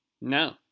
No